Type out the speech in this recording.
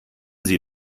sie